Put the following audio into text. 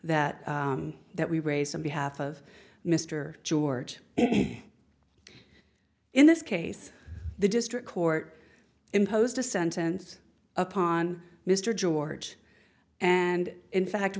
that that we raised on behalf of mr george in this case the district court imposed a sentence upon mr george and in fact